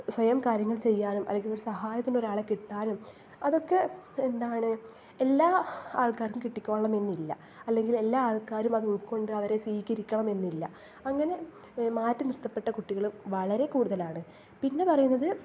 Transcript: സ്വയം കാര്യങ്ങൾ ചെയ്യാനും അല്ലെങ്കിൽ ഒര് സഹായത്തിനൊരാളെ കിട്ടാനും അതൊക്കെ എന്താണ് എല്ലാ ആൾക്കാർക്കും കിട്ടിക്കോളണം എന്നില്ല അല്ലെങ്കിൽ എല്ലാ ആൾക്കാരും അത് ഉൾക്കൊണ്ട് അവരെ സ്വീകരിക്കണമെന്നില്ല അങ്ങനെ മാറ്റി നിർത്തപ്പെട്ട കുട്ടികള് വളരെ കൂടുതലാണ് പിന്നെ പറയുന്നത്